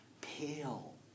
pale